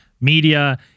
media